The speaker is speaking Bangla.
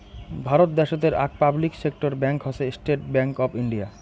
ভারত দ্যাশোতের আক পাবলিক সেক্টর ব্যাঙ্ক হসে স্টেট্ ব্যাঙ্ক অফ ইন্ডিয়া